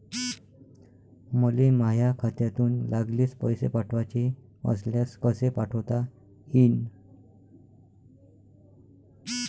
मले माह्या खात्यातून लागलीच पैसे पाठवाचे असल्यास कसे पाठोता यीन?